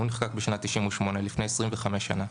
נחקק בשנת 1998. לפני 25 שנים,